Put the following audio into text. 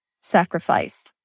Sacrifice